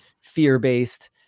fear-based